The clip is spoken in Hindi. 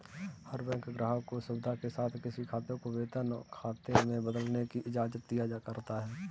हर बैंक ग्राहक को सुविधा के साथ किसी खाते को वेतन खाते में बदलने की इजाजत दिया करता है